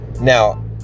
Now